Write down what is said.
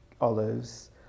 olives